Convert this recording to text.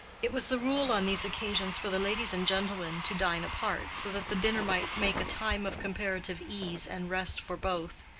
it was the rule on these occasions for the ladies and gentlemen to dine apart, so that the dinner might make a time of comparative ease and rest for both.